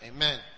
Amen